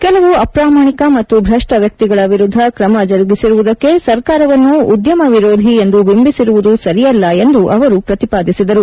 ಕೆಲವು ಅಪಾಮಾಣಿಕ ಮತ್ತು ಭಪ್ಪ ವ್ಯಕ್ತಿಗಳ ವಿರುದ್ಧ ತ್ರಮ ಜರುಗಿಸಿರುವುದಕ್ಕೆ ಸರ್ಕಾರವನ್ನು ಉದ್ಯಮ ವಿರೋಧಿ ಎಂದು ಬಿಂಬಿಸಿರುವುದು ಸರಿಯಲ್ಲ ಎಂದು ಅವರು ಪ್ರತಿಪಾದಿಸಿದರು